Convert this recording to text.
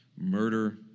murder